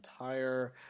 entire